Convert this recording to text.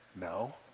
No